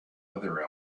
other